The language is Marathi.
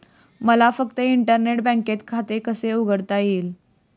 मला फक्त इंटरनेट बँकेत खाते कसे उघडता येईल?